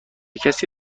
کسی